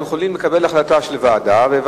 אנחנו יכולים לקבל החלטה על ועדה,